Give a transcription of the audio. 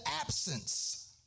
absence